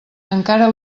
encara